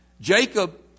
Jacob